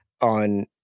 on